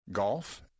Golf